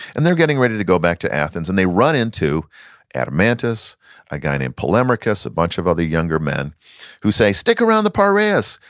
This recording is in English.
and they're getting ready to go back to athens and they run into adeimantus, a guy named polemarchus, a bunch of other younger men who say stick around the piraeus!